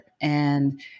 And-